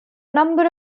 number